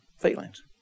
feelings